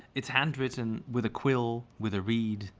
it's handwritten with a quill with a reed.